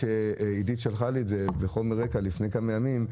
עידית שלחה לי את זה כחומר רקע לפני כמה ימים,